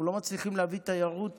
אנחנו לא מצליחים להביא תיירות מהאמירויות,